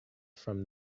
from